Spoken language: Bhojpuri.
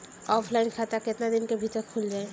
ऑफलाइन खाता केतना दिन के भीतर खुल जाई?